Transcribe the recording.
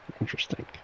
Interesting